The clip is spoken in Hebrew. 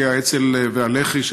ותיקי האצ"ל והלח"י,